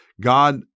God